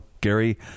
Gary